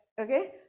Okay